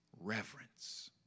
reverence